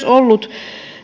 ollut